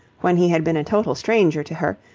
when he had been a total stranger to her,